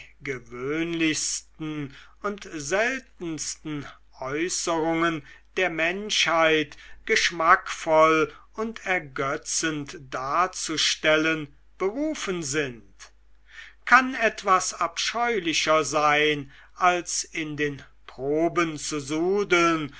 gewöhnlichsten und seltensten äußerungen der menschheit geschmackvoll und ergetzend darzustellen berufen sind kann etwas abscheulicher sein als in den proben zu